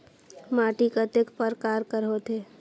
माटी कतेक परकार कर होथे?